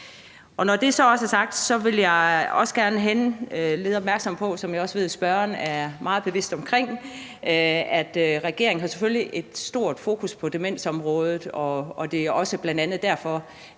Når det så også er sagt, vil jeg også gerne henlede opmærksomheden på noget, som jeg også ved spørgeren er meget bevidst om, nemlig at regeringen selvfølgelig har et stort fokus på demensområdet, og at det bl.a. også er derfor,